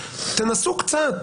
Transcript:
תנסו קצת,